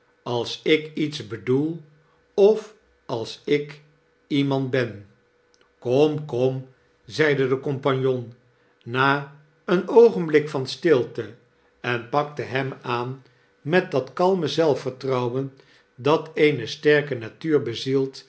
als ik iets bedoel of als ik iemand ben kom kom zeide de compagnon na een oogenblik van stilte en pakte hem aan met dat kalme zelfvertrouwen dat eene sterke